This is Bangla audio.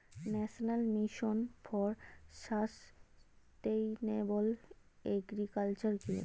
National mission for sustainable agriculture কি?